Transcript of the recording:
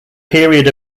period